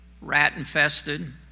rat-infested